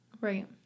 Right